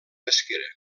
pesquera